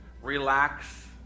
Relax